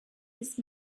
this